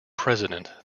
president